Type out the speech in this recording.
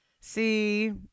See